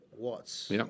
Watts